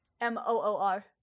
M-O-O-R